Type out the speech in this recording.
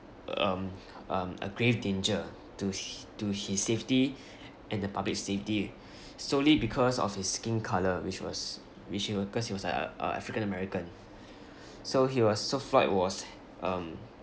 um um a grave danger to hi~ to his safety and the public safety solely because of his skin colour which was which he was cause he was uh a african american so he was so floyd was um